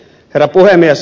herra puhemies